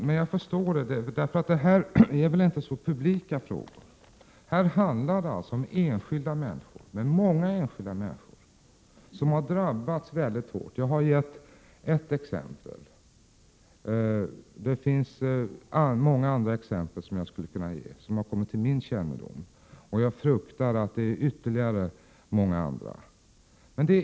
Men jag förstår er. Detta är väl inte så publika frågor. Här handlar det ju om enskilda människor, många enskilda människor, som har drabbats hårt. Jag har gett ett exempel, men det finns många andra som har kommit till min kännedom och som jag skulle kunna ta upp. Jag fruktar också att det finns ytterligare många andra.